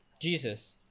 jesus